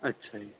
ਅੱਛਾ ਜੀ